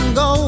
go